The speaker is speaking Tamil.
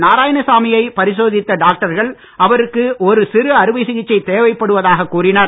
நாராயணசாமி யைப் பரிசோதித்த டாக்டர்கள் அவருக்கு ஒரு சிறு அறுவை சிகிச்சை தேவைப்படுவதாகக் கூறினர்